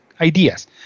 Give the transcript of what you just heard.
ideas